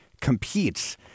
Competes